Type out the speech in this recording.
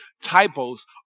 typos